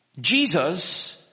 Jesus